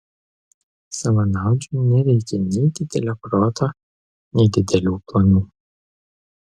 savanaudžiui nereikia nei didelio proto nei didelių planų